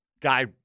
Guy